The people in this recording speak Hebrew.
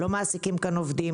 לא מעסיקים כאן עובדים,